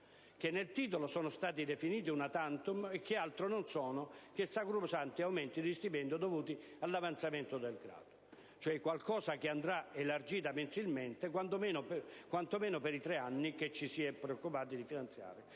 che nel titolo sono stati definiti *una tantum* e che altro non sono che sacrosanti aumenti di stipendio dovuti all'avanzamento del grado, cioè qualcosa che andrà elargita mensilmente, quanto meno per i tre anni che ci si è preoccupati di finanziare